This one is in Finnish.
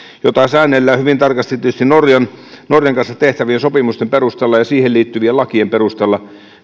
jota säännellään hyvin tarkasti tietysti norjan kanssa tehtävien sopimusten perusteella ja niihin liittyvien lakien perusteella